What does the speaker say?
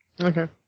Okay